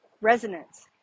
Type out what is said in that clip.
resonance